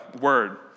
word